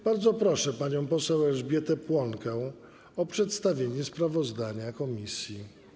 Bardzo proszę panią poseł Elżbietę Płonkę o przedstawienie sprawozdania komisji.